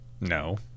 No